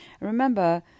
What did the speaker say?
Remember